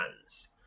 hands